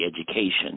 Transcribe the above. education